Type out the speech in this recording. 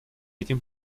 этим